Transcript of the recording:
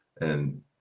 and-